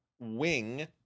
Wing